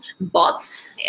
bots